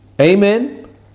Amen